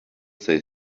say